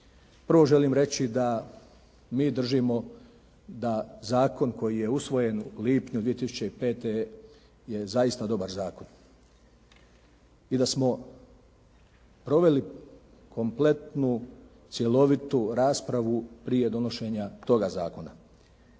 Prvo želim reći da mi držimo da zakon koji je usvojen u lipnju 2005. je zaista dobar zakon i da smo proveli kompletnu, cjelovitu raspravu prije donošenja toga zakona.